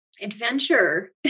adventure